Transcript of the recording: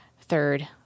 Third